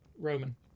Roman